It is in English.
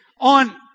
on